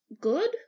good